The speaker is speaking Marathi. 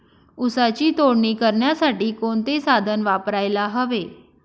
ऊसाची तोडणी करण्यासाठी कोणते साधन वापरायला हवे?